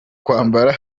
kwambara